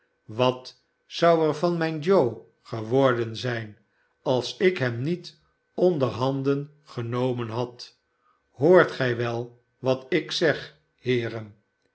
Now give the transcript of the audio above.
wat zou er van mijn joe geworden zijn als ik hem niet onder handen genomen had hoort gij wel wat ik zeg heeren